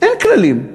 אין כללים.